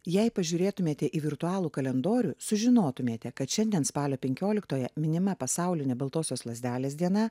jei pažiūrėtumėte į virtualų kalendorių sužinotumėte kad šiandien spalio penkioliktąją minima pasaulinė baltosios lazdelės diena